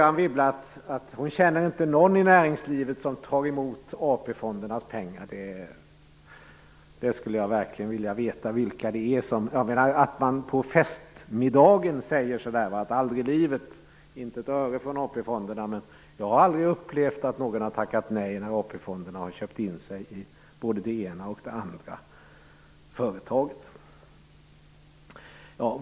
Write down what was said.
Anne Wibble säger att hon inte känner någon i näringslivet som tar emot AP-fondernas pengar. Jag skulle verkligen vilja veta vilka det är hon talar om. På festmiddagen kanske man säger "Aldrig i livet! Inte ett öre från AP-fonderna! ", men jag har aldrig upplevt att någon har tackat nej när AP-fonderna har köpt in sig i både det ena och det andra företaget.